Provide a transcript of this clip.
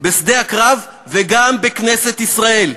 בשדה הקרב וגם בכנסת ישראל.